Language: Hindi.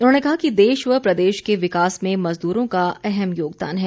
उन्होंने कहा कि देश व प्रदेश के विकास में मजदूरों का अहम योगदान है